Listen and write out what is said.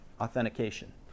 authentication